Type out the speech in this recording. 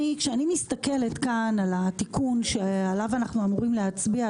כשאני מסתכלת כאן על התיקון שעליו אנחנו אמורים להצביע,